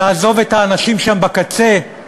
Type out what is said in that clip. תעזוב את האנשים שם בקצה,